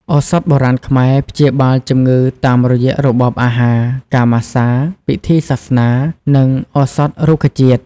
ឱសថបុរាណខ្មែរព្យាបាលជំងឺតាមរយៈរបបអាហារ ការម៉ាស្សា ពិធីសាសនា និងឱសថរុក្ខជាតិ។